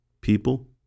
people